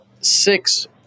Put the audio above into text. six